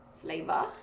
flavor